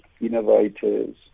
innovators